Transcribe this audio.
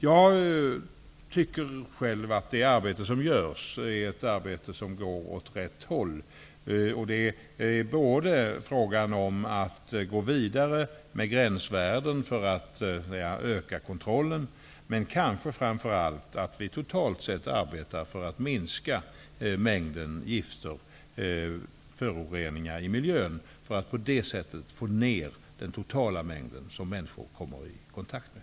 Jag tycker själv att det arbete som görs går åt rätt håll. Det är fråga om att gå vidare med gränsvärden för att öka kontrollen, men kanske framför allt att vi totalt sett arbetar för att minska mängden gifter och föroreningar i miljön, för att på det sättet få ner den totala mängden som människor kommer i kontakt med.